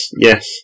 yes